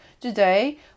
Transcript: Today